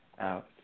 out